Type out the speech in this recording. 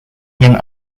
yang